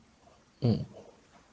mm